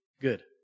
good